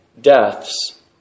deaths